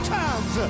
times